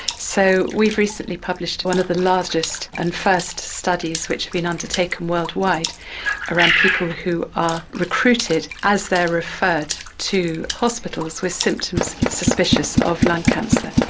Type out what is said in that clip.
so we've recently published one of the largest and first studies which have been undertaken worldwide around people who are recruited as they are referred to hospitals with symptoms suspicious of lung cancer.